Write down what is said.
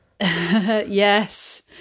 Yes